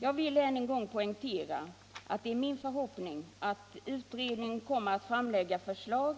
Jag vill än en gång poängtera, att det är min förhoppning att utredningen kommer att framlägga förslag,